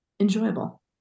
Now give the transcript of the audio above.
enjoyable